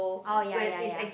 oh ya ya ya